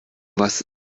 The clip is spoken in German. was